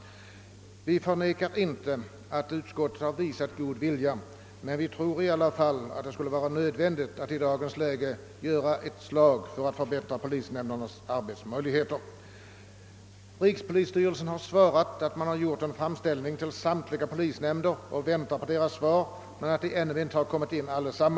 Vi förnekar inte att utskottet har visat god vilja, men vi tror i alla fall att det är nödvändigt att i dagens läge slå ett slag för att förbättra polisnämndernas arbetsmöjligheter. I rikspolisstyrelsens yttrande sägs att man begärt vissa uppgifter från samt liga polisnämnder men att man ännu inte fått svar från alla.